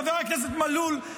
חבר הכנסת מלול,